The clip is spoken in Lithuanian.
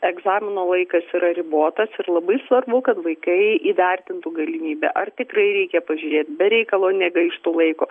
egzamino laikas yra ribotas ir labai svarbu kad vaikai įvertintų galimybę ar tikrai reikia pažiūrėt be reikalo negaištų laiko